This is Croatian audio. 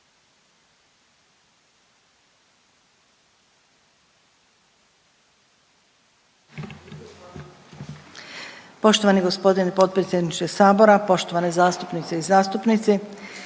Poštovani gospodine potpredsjedniče Sabora, poštovane zastupnice i zastupnici.